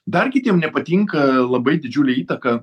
dar kitiem nepatinka labai didžiulė įtaka